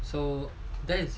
so that's